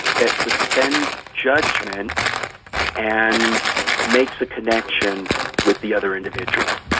that suspends judgement and makes a connection with the other individual.